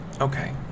Okay